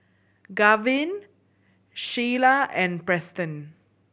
Garvin Shyla and Preston